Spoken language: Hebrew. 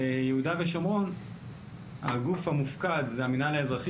ביהודה ושומרון הגוף המופקד זה המינהל האזרחי